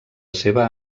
seva